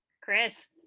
Chris